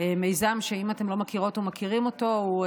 מיזם שאם אתם לא מכירות ומכירים אותו,